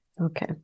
Okay